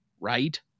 right